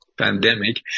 pandemic